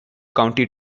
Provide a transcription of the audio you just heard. county